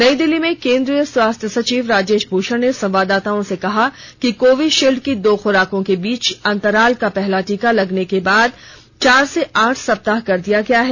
नई दिल्ली में केंद्रीय स्वास्थ्य सचिव राजेश भूषण ने संवाददाताओं से कहा कि कोविशील्ड की दो खुराकों के बीच अंतराल का पहला टीका लगने के बाद चार से आठ सप्ताह कर दिया गया है